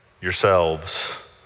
yourselves